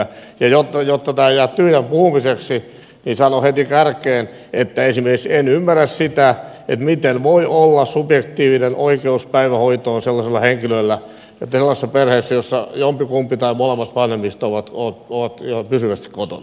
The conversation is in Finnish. ja jotta tämä ei jää tyhjän puhumiseksi niin sanon heti kärkeen että en ymmärrä esimerkiksi sitä miten voi olla subjektiivinen oikeus päivähoitoon sellaisessa perheessä jossa jompikumpi tai molemmat vanhemmista ovat ihan pysyvästi kotona